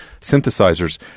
synthesizers